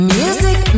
music